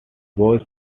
boys